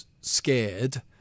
scared